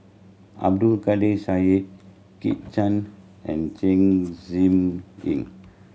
Abdul Kadir Syed Kit Chan and Chen Zhiming